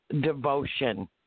devotion